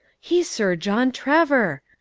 he's sir john trevor.